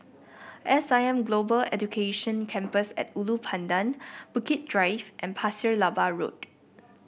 S I M Global Education Campus at Ulu Pandan Bukit Drive and Pasir Laba Road